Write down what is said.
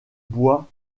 bois